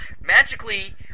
magically